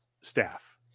staff